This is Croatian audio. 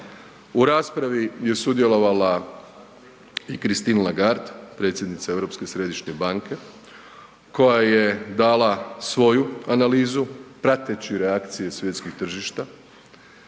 U raspravi je sudjelovala i Christine Lagarde, predsjednica Europske središnje banke, koja je dala svoju analizu prateći reakcije svjetskih tržišta,